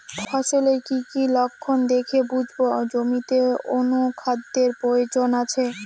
ফসলের কি কি লক্ষণ দেখে বুঝব জমিতে অনুখাদ্যের প্রয়োজন আছে?